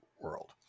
world